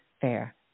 fair